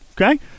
okay